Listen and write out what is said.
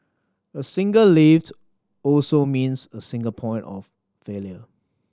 a single lift also means a single point of failure